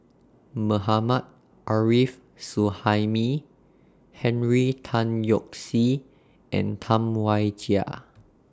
Mohammad Arif Suhaimi Henry Tan Yoke See and Tam Wai Jia